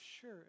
sure